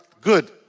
good